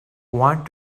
want